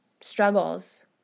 struggles